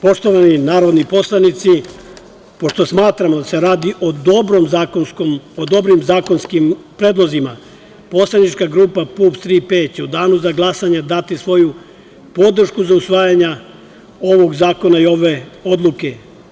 Poštovani narodni poslanici, pošto smatramo da se radi o dobrim zakonskim predlozima poslanička grupa PUPS „Tri P“ će u danu za glasanje dati svoju podršku za usvajanja ovog zakona i ove odluke.